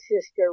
sister